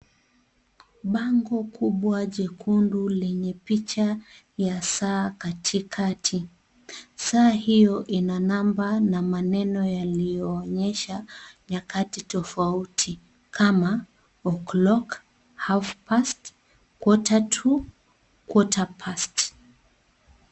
Bango kubwa jekundu lenye picha ya saa katikati, saa hio ina namba na maneno yaliyoonyesha nyakati tofauti kama o'clock, half past, quarter to, quarterpast .